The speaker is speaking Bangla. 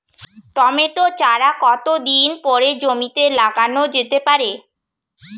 টমেটো চারা কতো দিন পরে জমিতে লাগানো যেতে পারে?